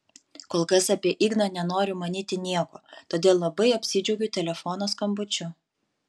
kol kas apie igną nenoriu manyti nieko todėl labai apsidžiaugiu telefono skambučiu